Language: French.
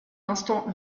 instant